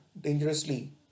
Dangerously